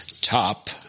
top